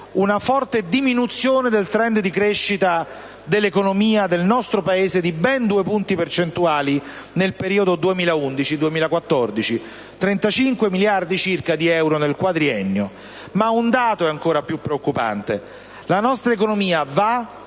una forte diminuzione del *trend* di crescita dell'economia del nostro Paese di ben 2 punti percentuali nel periodo 2011-2014: circa 35 miliardi di euro nel quadriennio. Ma un dato è ancora più preoccupante: la nostra economia va